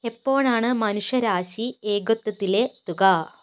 എപ്പോഴാണ് മനുഷ്യരാശി ഏകത്വത്തിലെത്തുക